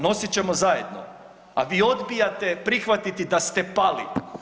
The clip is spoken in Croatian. Nosit ćemo zajedno, a vi odbijate prihvatiti da ste pali.